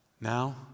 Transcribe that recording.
Now